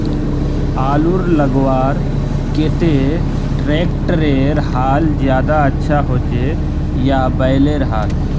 आलूर लगवार केते ट्रैक्टरेर हाल ज्यादा अच्छा होचे या बैलेर हाल?